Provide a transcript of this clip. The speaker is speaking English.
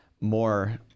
more